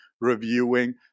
reviewing